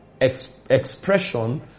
expression